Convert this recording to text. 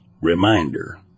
Reminder